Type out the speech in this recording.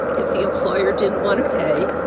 if the employer didn't want to pay,